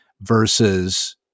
versus